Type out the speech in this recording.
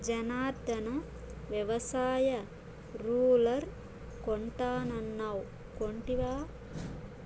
జనార్ధన, వ్యవసాయ రూలర్ కొంటానన్నావ్ కొంటివా